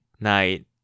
night